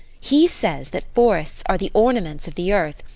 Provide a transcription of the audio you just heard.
he says that forests are the ornaments of the earth,